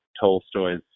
Tolstoy's